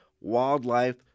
Wildlife